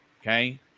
Okay